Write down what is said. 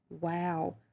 Wow